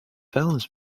vuilnis